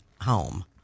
home